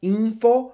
info